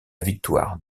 victoire